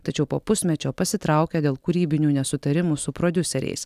tačiau po pusmečio pasitraukė dėl kūrybinių nesutarimų su prodiuseriais